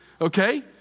okay